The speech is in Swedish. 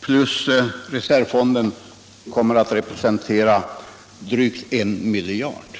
plus reservfond kommer att representera drygt 1 miljard.